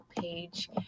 page